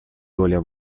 доля